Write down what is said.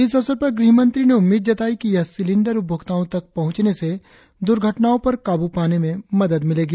इस अवसर पर गृह मंत्री ने उम्मीद जताई कि यह सिलिंडर उपभोक्ताओं तक पहुंचने से दुर्घटनाओं पर काबू पाने में मदद मिलेगी